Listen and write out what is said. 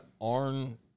Arn